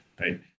right